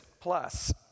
plus